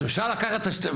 אז אפשר לקחת,